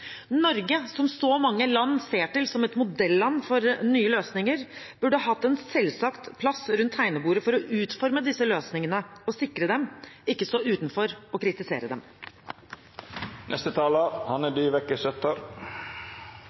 Norge, som så mange land ser på som et modelland for nye løsninger, burde hatt en selvsagt plass rundt tegnebordet for å utforme disse løsningene og sikre dem – ikke stå utenfor og kritisere dem.